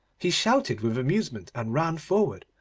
he shouted with amusement, and ran forward,